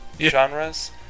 genres